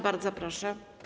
Bardzo proszę.